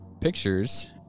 pictures